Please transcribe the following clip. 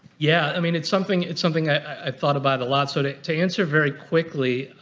yeah i mean it's something it's something i've thought about a lot so to to answer very quickly